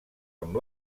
amb